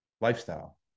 lifestyle